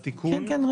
כן.